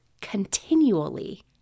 continually